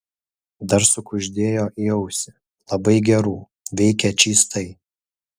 dar sukuždėjo į ausį labai gerų veikia čystai